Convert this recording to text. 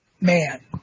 man